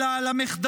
אלא על המחדלים.